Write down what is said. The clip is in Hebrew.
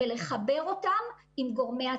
לחבר אותם עם גורמי הטיפול.